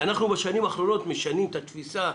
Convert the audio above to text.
בשנים האחרונות אנחנו משנים את התפיסה,